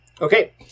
Okay